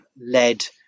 led